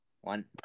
one